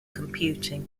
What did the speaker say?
computing